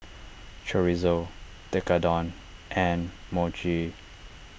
Chorizo Tekkadon and Mochi